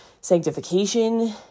sanctification